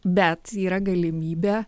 bet yra galimybė